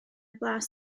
blas